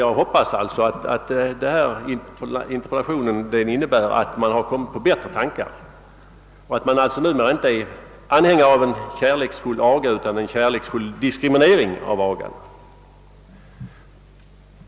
Jag hoppas alltså att interpellationen innebär att man inom högern kommit på bättre tankar och numera inte är anhängare av en kärleksfull aga utan av en kärleksfull diskriminering av agan.